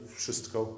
wszystko